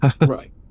Right